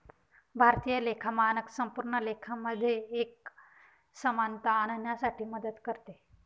भारतीय लेखा मानक संपूर्ण लेखा मध्ये एक समानता आणण्यासाठी मदत करते